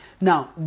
Now